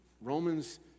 Romans